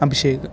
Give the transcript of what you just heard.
Abhishek